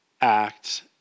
act